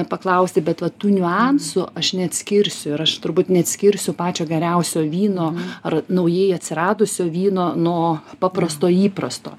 paklausti bet vat tų niuansų aš ne atskirsiu ir aš turbūt neatskirsiu pačio geriausio vyno ar naujai atsiradusio vyno nuo paprasto įprasto